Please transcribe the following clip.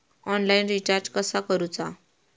Online recharge कसा करूचा?